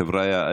חבריא,